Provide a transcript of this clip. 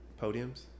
podiums